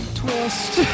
twist